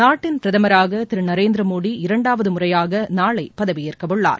நாட்டின் பிரதமராக திரு நரேந்திர மோடி இரண்டாவது முறையாக நாளை பதவியேற்கவுள்ளார்